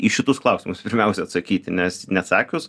į šitus klausimus pirmiausia atsakyti nes neatsakius